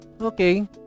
okay